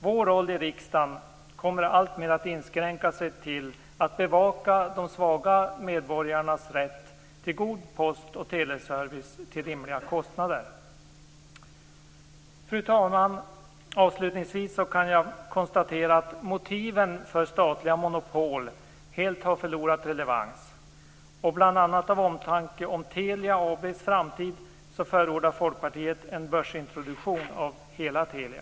Vår roll i riksdagen kommer alltmer att inskränka sig till att bevaka de svaga medborgarnas rätt till god post och teleservice till rimliga kostnader. Fru talman! Avslutningsvis kan jag konstatera att motiven för statliga monopol helt har förlorat relevans. Bl.a. av omtanke om Telia AB:s framtid förordar Folkpartiet en börsintroduktion av hela Telia.